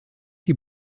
die